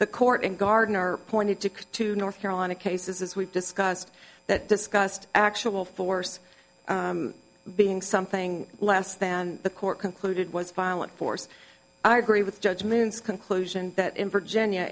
the court and garden are pointed to two north carolina cases as we've discussed that discussed actual force being something less than the court concluded was violent force i agree with judge moon's conclusion that in virginia